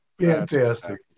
Fantastic